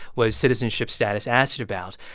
was citizenship status asked about.